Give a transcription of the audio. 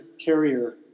carrier